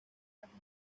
cuatro